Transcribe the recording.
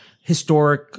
historic